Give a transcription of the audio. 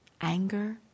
anger